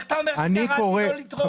איך אתה אומר שקראתי לא לתרום?